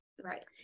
right